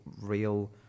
real